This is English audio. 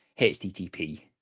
HTTP